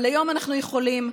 אבל היום אנחנו יכולים,